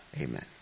Amen